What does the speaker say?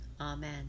Amen